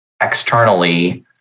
externally